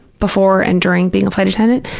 before and during being a flight attendant.